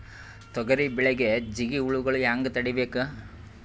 ತೊಗರಿ ಬೆಳೆಗೆ ಜಿಗಿ ಹುಳುಗಳು ಹ್ಯಾಂಗ್ ತಡೀಬೇಕು?